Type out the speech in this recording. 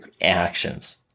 actions